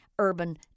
Urban